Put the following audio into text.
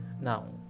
now